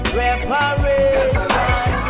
reparation